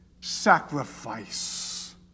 sacrifice